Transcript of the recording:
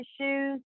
shoes